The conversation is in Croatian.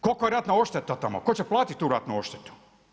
Kolika je ratna odšeta tamo, tko će platiti tu ratnu odštetu?